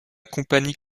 compagnie